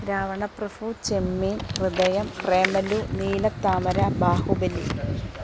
Ravanaprabhu Chemmeen Hridayam Premalu Neelathamara Baahubali